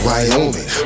Wyoming